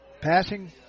Passing